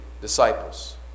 disciples